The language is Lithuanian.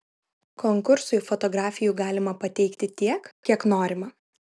konkursui fotografijų galima pateikti tiek kiek norima